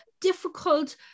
difficult